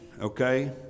okay